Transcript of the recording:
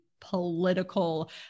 political